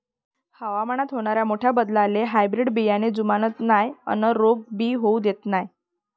हवामानात होनाऱ्या मोठ्या बदलाले हायब्रीड बियाने जुमानत नाय अन रोग भी होऊ देत नाय